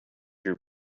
your